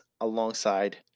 alongside